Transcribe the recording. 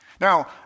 Now